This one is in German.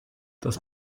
das